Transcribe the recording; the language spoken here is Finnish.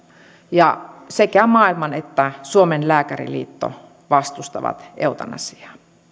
ja sekä maailman lääkäriliitto että suomen lääkäriliitto vastustavat eutanasiaa